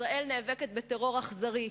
ישראל נאבקת בטרור אכזרי,